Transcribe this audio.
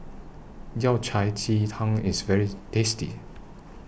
Yao Cai Ji Tang IS very tasty